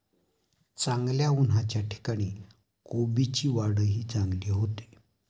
चांगल्या उन्हाच्या ठिकाणी कोबीची वाढही चांगली होते